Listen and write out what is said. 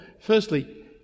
Firstly